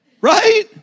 Right